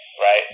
Right